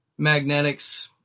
magnetics